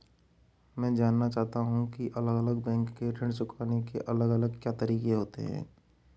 मैं जानना चाहूंगा की अलग अलग बैंक के ऋण चुकाने के अलग अलग क्या तरीके होते हैं?